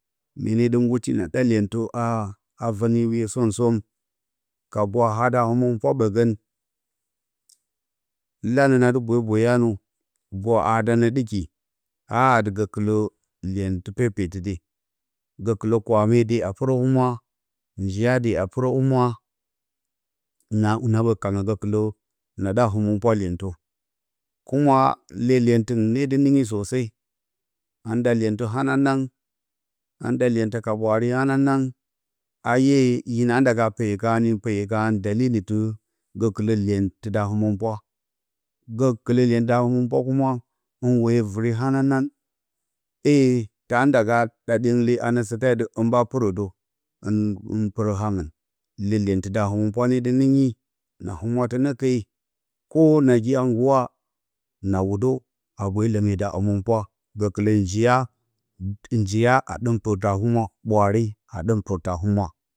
Mye ne dɨ ngguti na ɗa iyentə a a vəni hiwye som-som ka gwaha da həmənpwa ɓəgən lanə na dɨ bwe boyanə gwa ha dan nə ɗiki a hadɨ gəkələ kwame de a pɨrə humwa njiya de a pɨrə humwa na ɓə kangə gəkələ na da həmənpwa iyentə kuma le ɨ ne dɨ nɨngi sosai hɨn ɗa iyentə hananang hɨn ɗa iyentə ka ɓwaare hananang a ye hinan da ga peyə karə hin peyə karə dalil gəkələ yentəda həmə pwa gəkələ iyenta həməpwa kuma hɨn woyə vɨre hananang he ta nda ga ɗa ɗyengle anə sate a dɨ hɨn ɓa pɨrə də hɨn hɨn pɨrə hakən lə iyentə da hamən pwa ne dɨ nɨngi na humwə nə ke koh nagi a nduwa na wudə a bwe ləme da həmənpwa gəkələ njiya njiya a ɗɨm pɨrtə a humwa ɓwaare a dɨm pɨrtə a humwa.